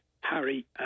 Harry